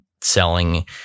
selling